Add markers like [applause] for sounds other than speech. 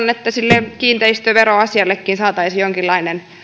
[unintelligible] että sille kiinteistöveroasiallekin saataisiin jonkinlainen